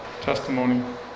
testimony